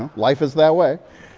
and life is that way.